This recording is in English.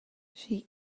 she